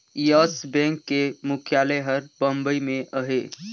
yes Bank के मुख्यालय हर बंबई में अहे